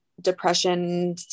depression